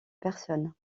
personnes